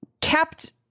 kept